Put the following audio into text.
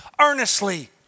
earnestly